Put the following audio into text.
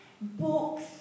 Books